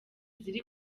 ziri